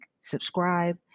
subscribe